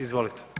Izvolite.